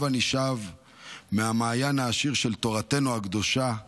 הבה נשאב מהמעיין העשיר של תורתנו הקדושה וערכיה,